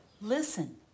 Listen